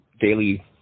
daily